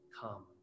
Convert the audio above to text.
come